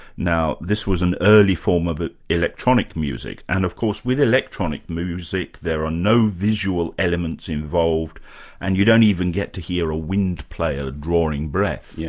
now this was an early form of ah electronic music, and of course with electronic music, there are no visual elements involved and you don't even get to hear a wind player drawing breath. yeah